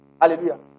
Hallelujah